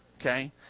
Okay